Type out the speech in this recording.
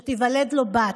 שתיוולד לו בת,